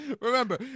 remember